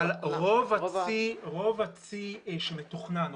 רוב הצי שמתוכנן,